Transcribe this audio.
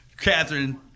Catherine